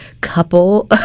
couple